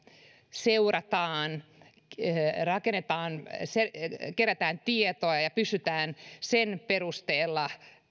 seurataan rakennetaan kerätään tietoa ja pystytään sen perusteella